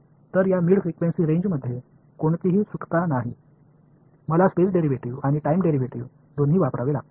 तर या mid frequency रेंजमध्ये कोणतीही सुटका नाही मला स्पेस डेरिव्हेटिव्ह आणि टाइम डेरिव्हेटिव्ह दोन्ही वापरावे लागतील